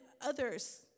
others